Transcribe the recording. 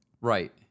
right